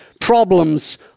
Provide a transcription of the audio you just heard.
problems